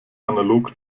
analog